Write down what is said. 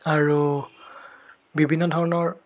আৰু বিভিন্ন ধৰণৰ